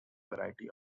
variety